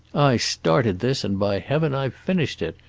i started this, and by heaven i've finished it,